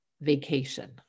vacation